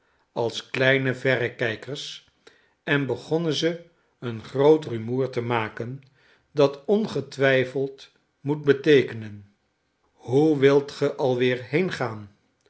als kleine verrekijkers en begonnen ze een groot rumoer te maken dat ongetwijfeld moet beteekenen hoe wilt ge alweer heengaan